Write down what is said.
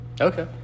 Okay